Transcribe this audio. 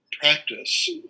Practice